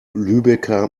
lübecker